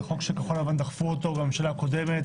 זה חוק שכחול לבן דחפו אותו בממשלה הקודמת,